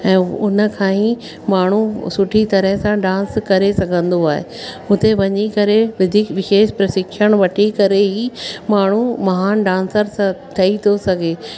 ऐं हुन खां ई माण्हू सुठी तरह सां डांस करे सघंदो आहे हुते वञी करे वधीक विशेष प्रशिक्षण वठी करे ई माण्हू महान डांसर ठही थो सघे